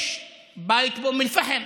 יש בית באום אל-פחם,